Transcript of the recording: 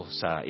sa